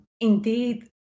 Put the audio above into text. indeed